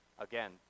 Again